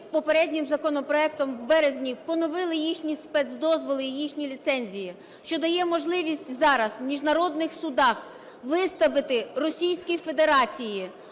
попереднім законопроектом у березні поновили їхні спецдозволи і їхні ліцензії, що дає можливість зараз в міжнародних судах виставити Російській Федерації